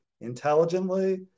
intelligently